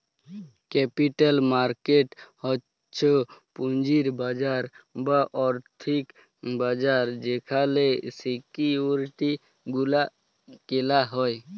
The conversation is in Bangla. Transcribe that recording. ক্যাপিটাল মার্কেট হচ্ছ পুঁজির বাজার বা আর্থিক বাজার যেখালে সিকিউরিটি গুলা কেলা হ্যয়